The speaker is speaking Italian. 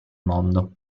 mondo